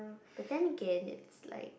but then again it's like